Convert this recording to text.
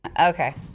Okay